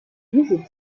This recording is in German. diese